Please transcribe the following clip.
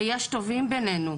ויש טובים בינינו,